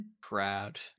Crowd